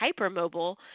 hypermobile